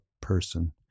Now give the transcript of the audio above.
person